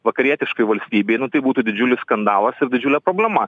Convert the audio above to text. vakarietiškai valstybei nu tai būtų didžiulis skandalas didžiulė problema